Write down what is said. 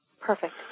Perfect